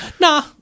Nah